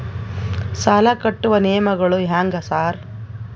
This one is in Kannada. ಸಾಲ ಕಟ್ಟುವ ನಿಯಮಗಳು ಹ್ಯಾಂಗ್ ಸಾರ್?